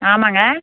ஆமாங்க